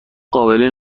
قابلی